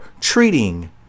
Treating